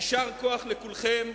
יישר כוח לכולכם.